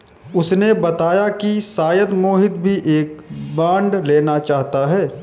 उसने बताया कि शायद मोहित भी एक बॉन्ड लेना चाहता है